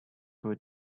with